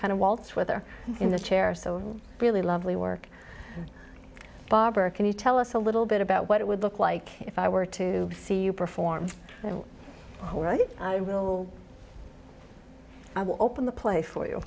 kind of waltz with her in this chair so really lovely work barbara can you tell us a little bit about what it would look like if i were to see you perform right will open the play for you